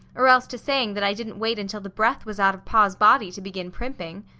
or else to saying that i didn't wait until the breath was out of pa's body to begin primping.